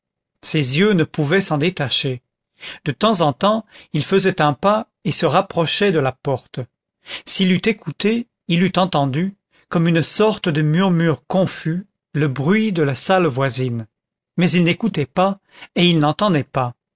ses yeux ne pouvaient s'en détacher de temps en temps il faisait un pas et se rapprochait de la porte s'il eût écouté il eût entendu comme une sorte de murmure confus le bruit de la salle voisine mais il n'écoutait pas et il n'entendait pas